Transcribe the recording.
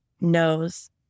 knows